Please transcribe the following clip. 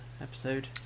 episode